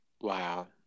Wow